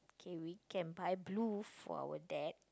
K we can buy blue for our dad